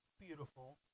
beautiful